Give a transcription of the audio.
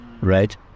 right